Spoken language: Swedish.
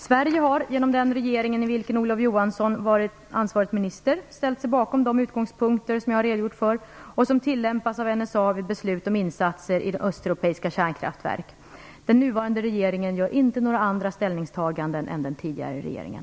Sverige har, genom den regering i vilken Olof Johansson var ansvarig minister, ställt sig bakom de utgångspunkter som jag redogjort för och som tillämpas av NSA vid beslut om insatser i östeuropeiska kärnkraftverk. Den nuvarande regeringen gör inte några andra ställningstaganden än den tidigare regeringen.